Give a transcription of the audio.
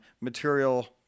material